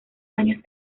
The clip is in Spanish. años